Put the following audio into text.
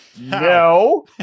no